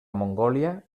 mongòlia